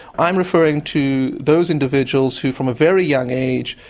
i'm referring to those individuals who from a very young age,